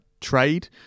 trade